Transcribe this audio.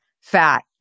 fat